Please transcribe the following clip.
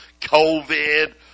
COVID